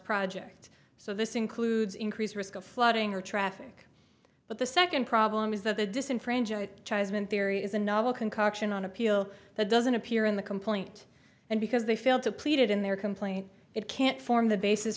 project so this includes increased risk of flooding or traffic but the second problem is that the disenfranchised chosen theory is a novel concoction on appeal that doesn't appear in the complaint and because they feel depleted in their complaint it can't form the basis